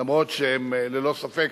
למרות שהם ללא ספק